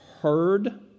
heard